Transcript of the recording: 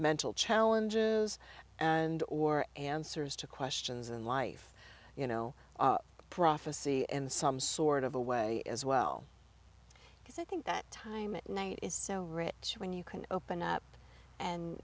mental challenges and or answers to questions in life you know prophecy and some sort of a way as well because i think that time of night is so rich when you can open up and